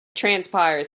transpires